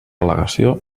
al·legació